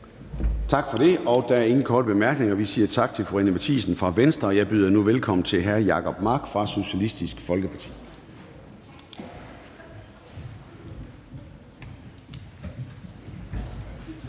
Tak for det. Der er ingen korte bemærkninger, så vi siger tak til fru Anni Matthiesen fra Venstre. Og jeg byder nu velkommen til hr. Jacob Mark fra Socialistisk Folkeparti.